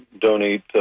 donate